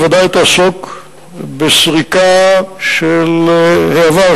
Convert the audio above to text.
בוודאי תעסוק בסריקה של העבר,